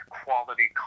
quality